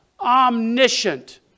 omniscient